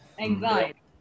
anxiety